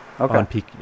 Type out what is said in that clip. Okay